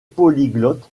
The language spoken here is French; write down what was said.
polyglotte